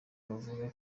bavuga